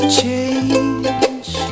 change